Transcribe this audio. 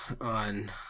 on